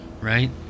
right